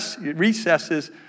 recesses